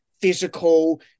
physical